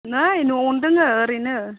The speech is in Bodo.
नै न'आवनो दोङो ओरैनो